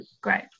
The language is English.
Great